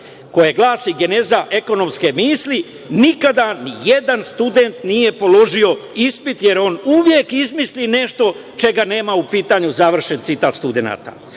koje glasi – geneza ekonomske misli, nikada nijedan studen nije položio ispit, jer on uvek izmisli nešto čega nema u pitanju, završen citat studenata.